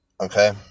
Okay